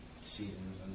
seasons